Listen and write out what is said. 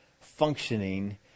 functioning